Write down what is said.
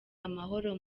amahoro